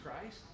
Christ